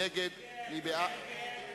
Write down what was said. קבוצת סיעת קדימה,